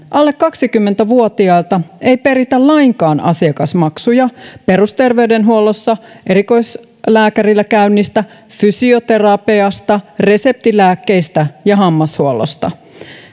alle kaksikymmentä vuotiailta ei peritä lainkaan asiakasmaksuja perusterveydenhuollosta erikoislääkärillä käynnistä fysioterapiasta reseptilääkkeistä ja hammashuollosta